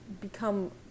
become